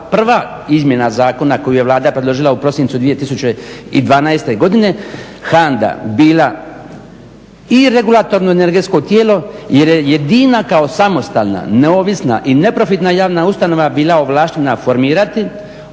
prva izmjena zakona koju je Vlada predložila u prosincu 2012. godine HANDA bila i regulatorno energetsko tijelo jer je jedina kao samostalna, neovisna i neprofitna javna ustanova bila ovlaštena formirati,